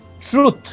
truth